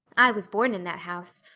i was born in that house.